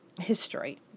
history